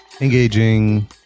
engaging